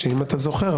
אם אתה זוכר,